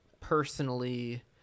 personally